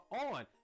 on